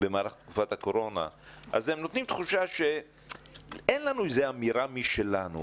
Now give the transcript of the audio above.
במהלך תקופת הקורונה - הם נותנים תחושה שאין להם אמירה משלהם,